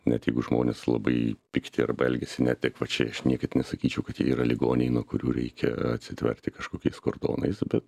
net jeigu žmonės labai pikti arba elgiasi neadekvačiai aš niekaip nesakyčiau kad jie yra ligoniai nuo kurių reikia atsitverti kažkokiais kordonais bet